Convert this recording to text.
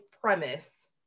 premise